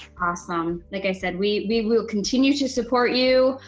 awesome. like i said, we we will continue to support you.